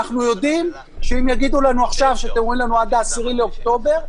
כי אנחנו יודעים שזה יהיה מעבר ל-10 באוקטובר.